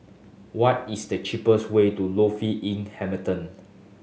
what is the cheapest way to Lofi Inn Hamilton